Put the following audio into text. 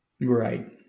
Right